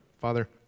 Father